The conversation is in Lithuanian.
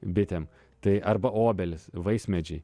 bitėm tai arba obelys vaismedžiai